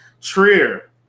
Trier